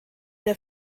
der